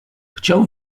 chciał